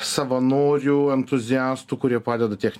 savanorių entuziastų kurie padeda tiek